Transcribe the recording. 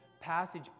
passage